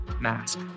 mask